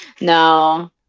No